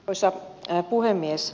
arvoisa puhemies